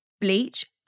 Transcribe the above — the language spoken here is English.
bleach